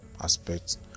aspects